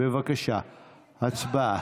בבקשה, הצבעה.